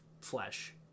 flesh